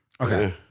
Okay